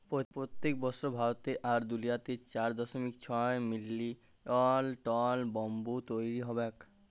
পইত্তেক বসর ভারত আর দুলিয়াতে চার দশমিক ছয় মিলিয়ল টল ব্যাম্বু তৈরি হবেক